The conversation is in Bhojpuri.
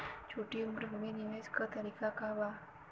छोटी उम्र में भी निवेश के तरीका क बा?